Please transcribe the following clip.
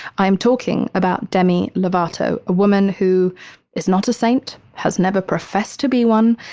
i am talking about demi lovato. a woman who is not a saint, has never professed to be one.